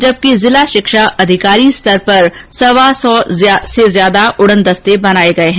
जबकि जिला शिक्षा अधिकारी स्तर पर सवा सौ से ज्यादा उड़न दस्ते बनाए गए हैं